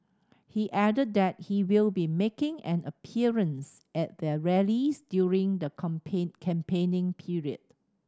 he added that he will be making an appearance at their rallies during the campaigning period